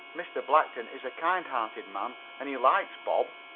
mr. blackton is a kind-hearted man, and he likes bob.